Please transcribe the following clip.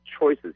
choices